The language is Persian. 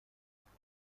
آسمان